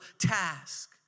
task